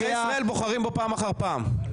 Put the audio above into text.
אזרחי ישראל בוחרים בו פעם אחר פעם.